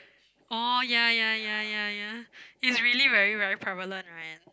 oh ya ya ya ya ya usually very very prevalent right